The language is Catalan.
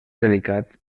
delicat